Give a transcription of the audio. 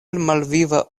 malviva